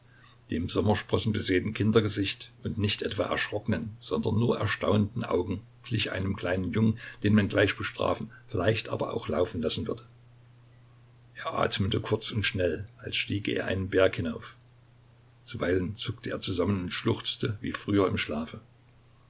dem sommersprossenbesäten kindergesicht und nicht etwa erschrockenen sondern nur erstaunten augen glich einem kleinen jungen den man gleich bestrafen vielleicht aber auch laufen lassen würde er atmete kurz und schnell als stiege er einen berg hinauf zuweilen zuckte er zusammen und schluchzte wie früher im schlafe